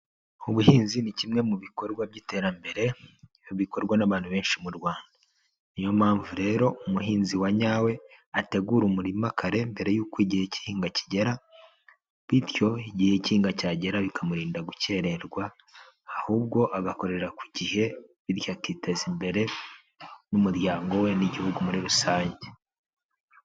Ubuhinzi ni kimwe mu bikorwa by'iterambere bikorwa n'abantu benshi mu Rwanda, niyo mpamvu rero umuhinzi wa nyawe ategura umurima kare mbere y'uko igihe cy'ihinga kigera, bityo igihe cy'ihinga cyagera bikamurinda gukererwa ahubwo agakorera ku gihe bityo akiteza imbere n'umuryango we n'Igihugu muri rusange.